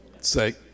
Say